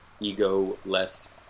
egoless